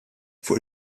fuq